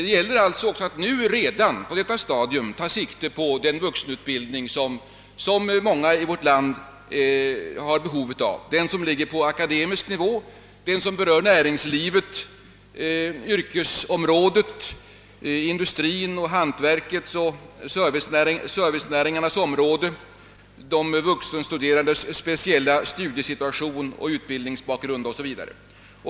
Det gäller alltså att redan på detta stadium ta sikte på den vuxenutbildning som många i vårt land har behov av, den som ligger på akademisk nivå, den som berör näringslivet, yrkesområdena, industri och hantverk, servicenäringarnas område, de vuxenstuderandes speciella studiesituation, utbildningens bakgrund 0. s. v.